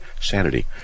sanity